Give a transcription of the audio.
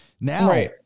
Now